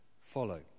follow